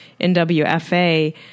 NWFA